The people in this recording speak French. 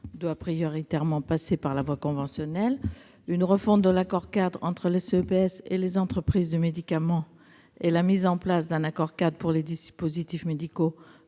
doit prioritairement passer par la voie conventionnelle. Une refonte de l'accord-cadre entre le CEPS et les entreprises du médicament et la mise en place d'un accord-cadre pour les dispositifs médicaux